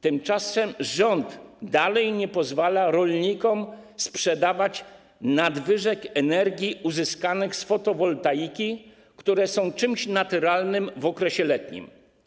Tymczasem rząd dalej nie pozwala rolnikom sprzedawać nadwyżek energii uzyskanych z fotowoltaiki, które są czymś naturalnym w okresie letnim.